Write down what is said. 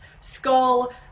skull